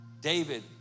David